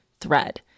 THREAD